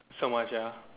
so much ah